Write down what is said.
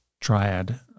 triad